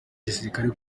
igisirikare